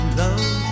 love